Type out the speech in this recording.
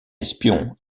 espion